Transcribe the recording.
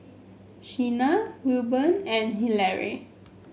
Shena Wilburn and Hillery